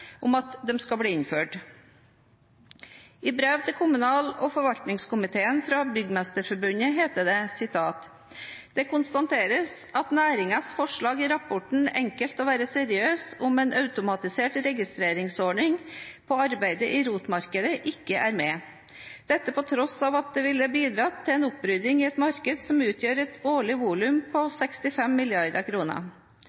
at de skal bli innført. I brev til kommunal- og forvaltningskomiteen fra Byggmesterforbundet heter det: «Det konstateres at næringens forslag i rapporten «Enkelt å være seriøs», om en automatisert registreringsordning på arbeider i ROT-markedet, ikke er med. Dette på tross av at det ville bidratt til en opprydning i et marked som utgjør et anslått årlig volum på 65 milliarder kroner.